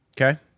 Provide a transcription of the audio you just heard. Okay